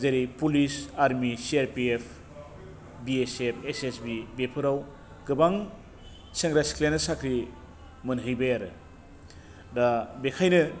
जेरै पुलिस आरमि CRPF BSF SSB बेफोराव गोबां सेंग्रा सिख्लायानो साख्रि मोनहैबाय आरो दा बेखायनो